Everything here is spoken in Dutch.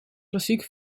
klassiek